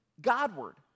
Godward